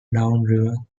downriver